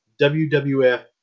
WWF